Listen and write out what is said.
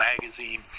magazine